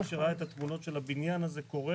מי שראה את התמונות של הבניין הזה קורס